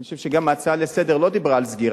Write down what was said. אני חושב שגם ההצעה לסדר לא דיברה על סגירה,